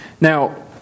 Now